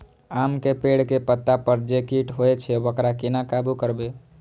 आम के पेड़ के पत्ता पर जे कीट होय छे वकरा केना काबू करबे?